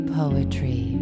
poetry